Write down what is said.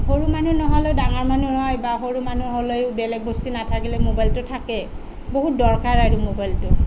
সৰু মানুহে নহ'লেও ডাঙৰ মানুহৰ হয় বা সৰু মানুহ হ'লেও বেলেগ বস্তু নাথাকিলে ম'বাইলটো থাকে বহুত দৰকাৰ আৰু ম'বাইলটো